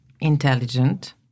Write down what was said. intelligent